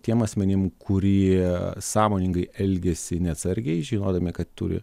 tiem asmenim kurie sąmoningai elgiasi neatsargiai žinodami kad turi